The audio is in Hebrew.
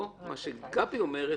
או מה שגבי אומרת,